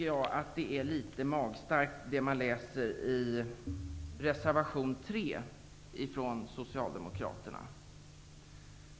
Jag tycker att det man läser i reservation 3 från Socialdemokraterna är litet magstarkt.